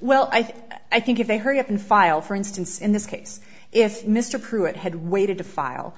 well i think i think if they hurry up and file for instance in this case if mr pruitt had waited to file